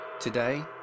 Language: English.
Today